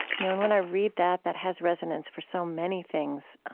know, and when i read that, that has resonance for so many things